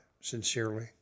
sincerely